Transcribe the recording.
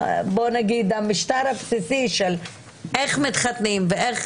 המשטר הבסיסי של איך מתחתנים ואיך